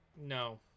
No